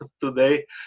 today